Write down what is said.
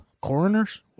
Coroners